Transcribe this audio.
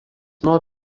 nuo